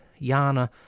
Yana